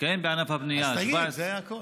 כן, בענף הבנייה, 17. אז תגיד, זה הכול.